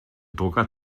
drucker